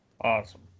awesome